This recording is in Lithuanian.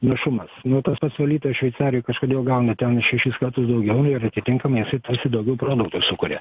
našumas nu tas pats valytojas šveicarijoj kažkodėl gauna ten šešis kartus daugiau ir atitinkamai jisai tarsi daugiau produkto sukuria